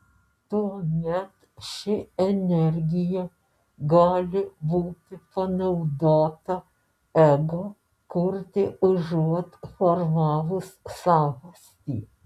tuomet ši energija gali būti panaudota ego kurti užuot formavus savastį